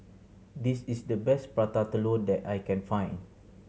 this is the best Prata Telur that I can find